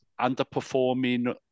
underperforming